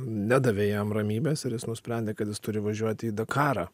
nedavė jam ramybės ir jis nusprendė kad jis turi važiuoti į dakarą